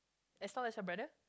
as long as better